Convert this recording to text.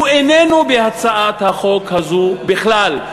הוא איננו בהצעת החוק הזו בכלל.